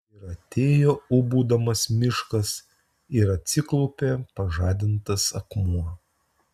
ir atėjo ūbaudamas miškas ir atsiklaupė pažadintas akmuo